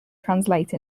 translate